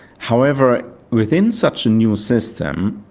however, within such a new system,